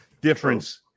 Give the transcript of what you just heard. difference